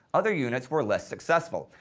other units were less successful,